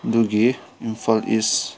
ꯗꯒꯤ ꯏꯝꯐꯥꯜ ꯏꯁ